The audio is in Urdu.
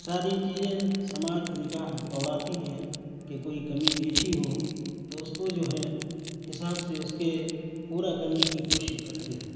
ساری چیزیں سماج نگاہ دوڑاتی ہے کہ کوئی کمی بیشی ہو تو اس کو جو ہے حساب سے اس کے پورا کرنے کی کوشش کرتے ہیں